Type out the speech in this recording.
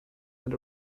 and